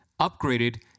Upgraded